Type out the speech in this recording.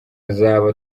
azaba